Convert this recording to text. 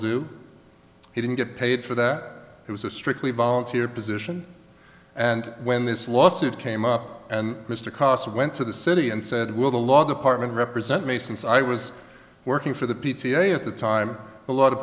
do he didn't get paid for that he was a strictly volunteer position and when this lawsuit came up and mr cossey went to the city and said will the law department represent me since i was working for the p t a at the time a lot of